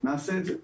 נעשה את זה.